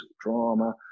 drama